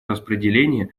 распределения